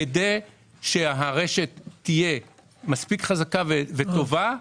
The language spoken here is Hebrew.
כדי שהרשת תהיה מספיק חזקה וטובה,